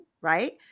Right